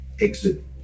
exit